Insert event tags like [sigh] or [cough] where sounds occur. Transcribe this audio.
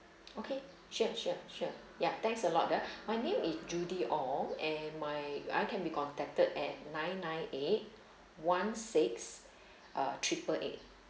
[noise] okay sure sure sure yup thanks a lot ah my name is judy ong and my I can be contacted at nine nine eight one six uh triple eight